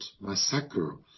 massacre